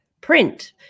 print